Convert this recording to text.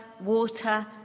water